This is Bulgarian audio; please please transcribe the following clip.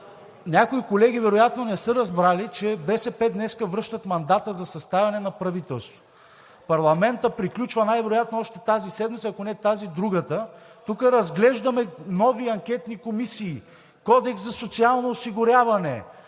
Някои колеги вероятно не са разбрали, че БСП днес връщат мандата за съставяне на правителство. Парламентът приключва най-вероятно още тази седмица, ако не тази – другата. Тук разглеждаме нови анкетни комисии, Кодекс за социално осигуряване,